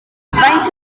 faint